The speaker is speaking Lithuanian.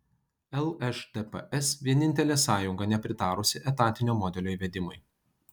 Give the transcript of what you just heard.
lšdps vienintelė sąjunga nepritarusi etatinio modelio įvedimui